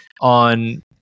on